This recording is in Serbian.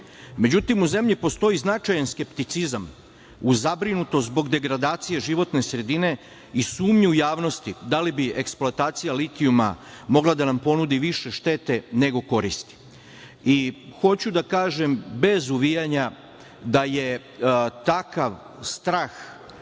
uticaj.Međutim, u zemlji postoji značajan skepticizam uz zabrinutost zbog degradacije životne sredine i sumnje u javnosti da li eksploatacija litijuma mogla da nam ponudi više štete nego koristi. Hoću da kažem, bez uvijanja, da je takav strah